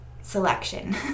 selection